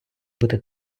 бути